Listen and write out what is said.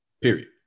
Period